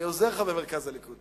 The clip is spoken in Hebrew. אני עוזר לך במרכז הליכוד.